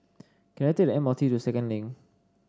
can I take the M R T to Second Link